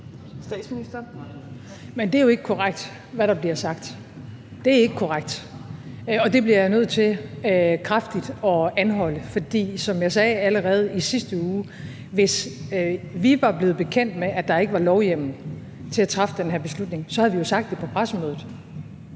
Frederiksen): Men det er jo ikke korrekt, hvad der bliver sagt. Det er ikke korrekt, og det bliver jeg nødt til kraftigt at anholde, for som jeg sagde allerede i sidste uge: Hvis vi var blevet bekendt med, at der ikke var lovhjemmel til at træffe den her beslutning, så havde vi jo sagt det på pressemødet;